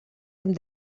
amb